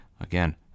again